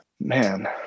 Man